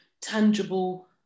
tangible